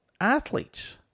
athletes